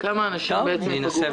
כמה אנשים ייפגעו?